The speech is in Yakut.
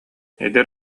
эдэр